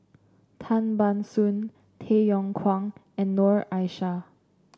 Tan Ban Soon Tay Yong Kwang and Noor Aishah